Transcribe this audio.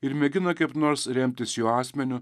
ir mėgina kaip nors remtis jo asmeniu